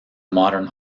modern